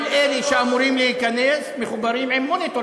כל אלה שאמורים להיכנס מחוברים עם מוניטור,